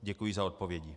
Děkuji za odpovědi.